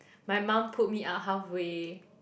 my mum pulled me out halfway